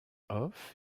off